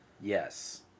Yes